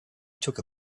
took